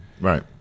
right